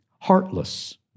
heartless